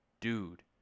Dude